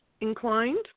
inclined